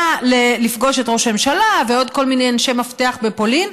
לפגוש את ראש הממשלה ועוד כל מיני אנשי מפתח בפולין,